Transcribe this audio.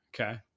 Okay